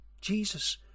Jesus